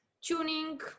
tuning